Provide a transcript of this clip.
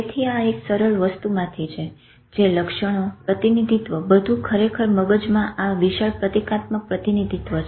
તેથી આ એક સરળ વસ્તુમાંથી છે જે લક્ષણો પ્રતિનિધિત્વ બધું ખરેખર મગજમાં આ વિશાળ પ્રતીકાત્મક પ્રતિનિધિત્વ છે